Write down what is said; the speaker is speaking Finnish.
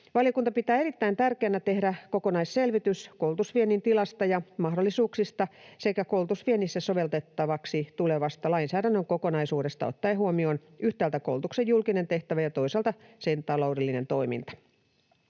Valiokunta pitää erittäin tärkeänä tehdä kokonaisselvitys koulutusviennin tilasta ja mahdollisuuksista sekä koulutusviennissä sovellettavaksi tulevasta lainsäädännön kokonaisuudesta ottaen huomioon yhtäältä koulutuksen julkinen tehtävä ja toisaalta sen taloudellinen toiminta.